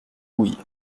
houilles